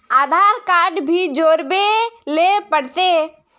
आधार card भी जोरबे ले पड़ते?